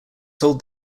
sold